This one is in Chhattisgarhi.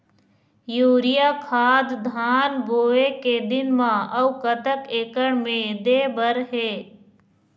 यूरिया खाद धान बोवे के दिन म अऊ कतक एकड़ मे दे बर हे?